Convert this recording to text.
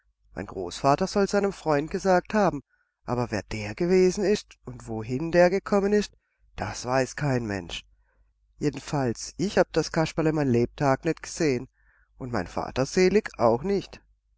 mein großvater soll's einem freund gesagt haben aber wer der gewesen ist und wohin der gekommen ist das weiß kein mensch jedenfalls ich hab das kasperle mein lebtag nicht gesehen und mein vater selig auch nicht